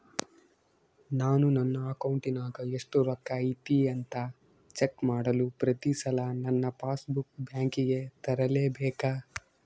ನಾನು ನನ್ನ ಅಕೌಂಟಿನಾಗ ಎಷ್ಟು ರೊಕ್ಕ ಐತಿ ಅಂತಾ ಚೆಕ್ ಮಾಡಲು ಪ್ರತಿ ಸಲ ನನ್ನ ಪಾಸ್ ಬುಕ್ ಬ್ಯಾಂಕಿಗೆ ತರಲೆಬೇಕಾ?